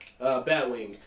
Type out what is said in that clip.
Batwing